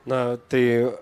na tai